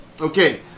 Okay